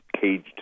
caged